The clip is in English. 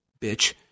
bitch